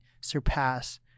surpass